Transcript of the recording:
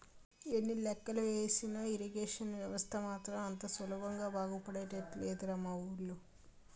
ఎన్ని లెక్కలు ఏసినా ఇరిగేషన్ వ్యవస్థ మాత్రం అంత సులభంగా బాగుపడేటట్లు లేదురా మా వూళ్ళో